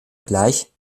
vergleich